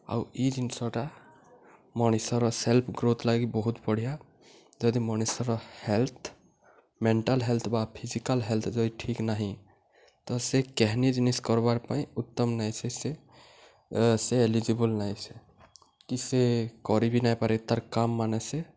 ଆଉ ଇ ଜିନିଷଟା ମଣିଷର ସେଲ୍ଫ ଗ୍ରୋଥ୍ ଲାଗି ବହୁତ୍ ବଢ଼ିଆ ଯଦି ମଣିଷର ହେଲ୍ଥ ମେଣ୍ଟାଲ୍ ହେଲ୍ଥ୍ ବା ଫିଜିକାଲ୍ ହେଲ୍ଥ ଯଦି ଠିକ୍ ନାହିଁ ତ ସେ କେହନୀ ଜିନିଷ୍ କର୍ବାର୍ ପାଇଁ ଉତ୍ତମ୍ ନାଇଁସେ ସେ ସେ ଏଲିଜିିବୁଲ୍ ନାଇଁ ସେ କି ସେ କରି ବି ନାଇଁ ପାରେ ତାର୍ କାମ୍ମାନେ ସେ